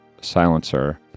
Silencer